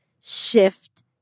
shift